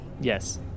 Yes